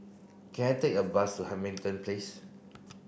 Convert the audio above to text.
can I take a bus to Hamilton Place